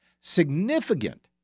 Significant